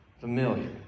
familiar